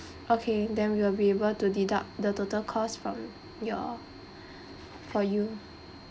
okay then we will be able to deduct the total cost from your for you